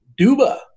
Duba